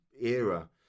era